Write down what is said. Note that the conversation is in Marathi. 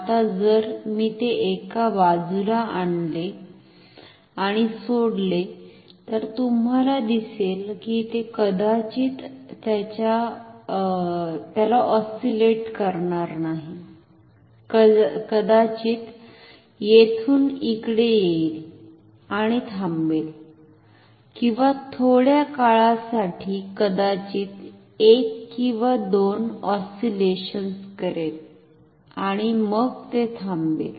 आता जर मी ते एका बाजूला आणले आणि सोडले तर तुम्हाला दिसेल की ते कदाचित त्याला ऑस्सिलेट करणार नाही कदाचित येथून इकडे येईल आणि थांबेल किंवा थोड्या काळासाठी कदाचित एक किंवा दोन ऑस्सिलेशन करेल आणि मग ते थांबते